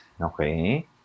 Okay